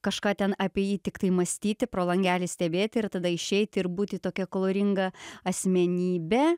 kažką ten apie jį tiktai mąstyti pro langelį stebėti ir tada išeiti ir būti tokia kaloringa asmenybe